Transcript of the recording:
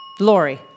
Lori